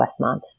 Westmont